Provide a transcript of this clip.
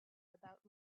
about